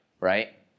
right